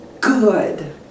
good